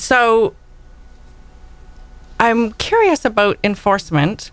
so i am curious about enforcement